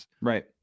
Right